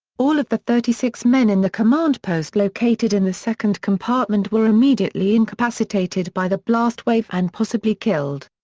all of the thirty six men in the command post located in the second compartment were immediately incapacitated by the blast wave and possibly killed.